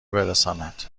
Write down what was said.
برساند